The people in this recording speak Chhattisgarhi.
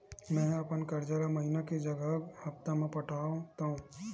मेंहा अपन कर्जा ला महीना के जगह हप्ता मा पटात हव